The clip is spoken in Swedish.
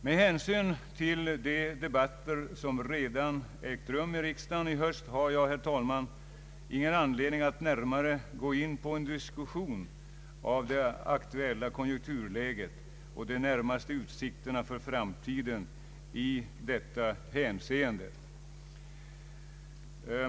Med hänsyn till de debatter som redan ägt rum i riksdagen i höst har jag, herr talman, ingen anledning att gå in på någon utförligare diskussion av det aktuella konjunkturläget och de närmaste utsikterna för framtiden i detta hänseende.